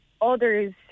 others